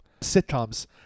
sitcoms